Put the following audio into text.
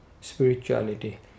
spirituality